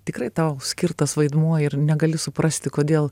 tikrai tau skirtas vaidmuo ir negali suprasti kodėl